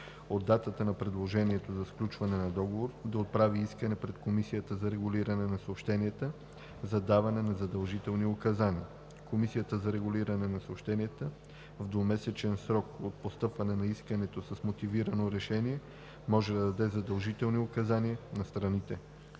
от датата на предложението за сключване на договора да отправи искане пред Комисията за регулиране на съобщенията за даване на задължителни указания. Комисията за регулиране на съобщенията в двумесечен срок от постъпване на искането с мотивирано решение може да даде задължителни указания на страните.“